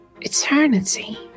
eternity